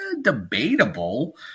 Debatable